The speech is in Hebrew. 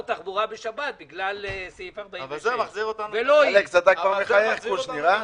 תחבורה בשבת בגלל סעיף 46. אבל צריך להחזיר אותנו לדיון הקודם,